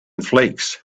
flakes